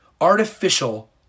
Artificial